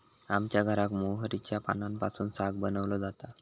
आमच्या घराक मोहरीच्या पानांपासून साग बनवलो जाता